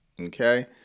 Okay